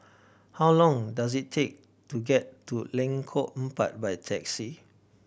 how long does it take to get to Lengkong Empat by taxi